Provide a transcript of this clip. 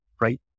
right